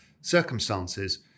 circumstances